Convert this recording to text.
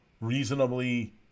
reasonably